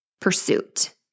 pursuit